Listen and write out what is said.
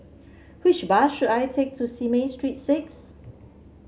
which bus should I take to Simei Street Six